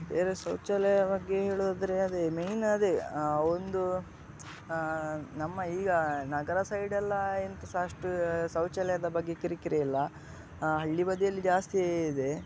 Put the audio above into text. ಬೇರೆ ಶೌಚಾಲಯ ಬಗ್ಗೆ ಹೇಳೋದಾದ್ರೆ ಅದೇ ಮೇಯ್ನ್ ಅದೇ ಒಂದು ನಮ್ಮ ಈಗ ನಗರ ಸೈಡೆಲ್ಲ ಎಂತ ಸಹಾ ಅಷ್ಟು ಶೌಚಾಲಯದ ಬಗ್ಗೆ ಕಿರಿಕಿರಿ ಇಲ್ಲ ಹಳ್ಳಿ ಬದಿಯಲ್ಲಿ ಜಾಸ್ತಿಯೇ ಇದೆ